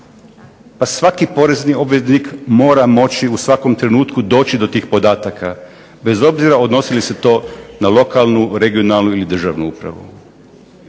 Pa svaki porezni obveznik mora moći u svakom trenutku doći do tih podataka, bez obzira odnosi li se to na lokalnu, regionalnu ili državnu upravu.